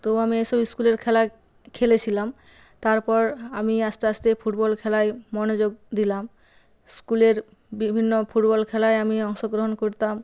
তো আমি এইসব স্কুলের খেলায় খেলেছিলাম তারপর আমি আস্তে আস্তে ফুটবল খেলায় মনোযোগ দিলাম স্কুলের বিভিন্ন ফুটবল খেলায় আমি অংশগ্রহণ করতাম